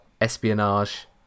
espionage